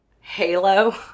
Halo